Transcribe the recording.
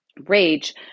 rage